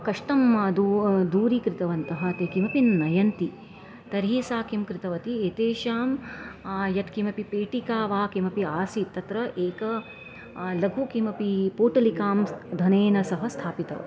कष्टं दू दूरीकृतवन्तः ते किमपि न नयन्ति तर्हि सा किं कृतवती एतेषां यत्किमपि पेटिका वा किमपि आसीत् तत्र एकां लघु किमपि पोटलिकां सा धनेन सह स्थापितवती